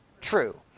true